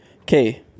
Okay